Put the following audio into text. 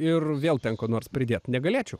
ir vėl ten ko nors pridėt negalėčiau